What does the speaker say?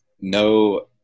no